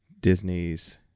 Disney's